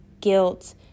guilt